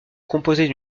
composait